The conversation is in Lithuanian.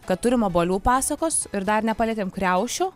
kad turim obuolių pasakos ir dar nepalietėm kriaušių